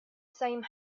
same